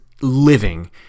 living